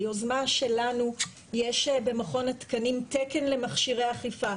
ביוזמה שלנו יש במכון התקנים תקן למכשירי אכיפה.